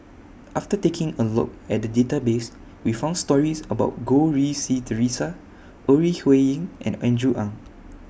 after taking A Look At The Database We found stories about Goh Rui Si Theresa Ore Huiying and Andrew Ang